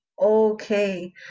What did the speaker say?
okay